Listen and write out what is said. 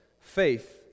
Faith